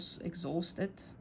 exhausted